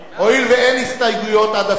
הואיל ואין הסתייגויות עד הסוף,